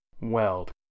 Weld